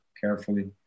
carefully